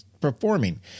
performing